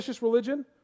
religion